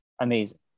amazing